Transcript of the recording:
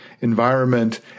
environment